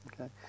Okay